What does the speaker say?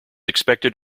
expected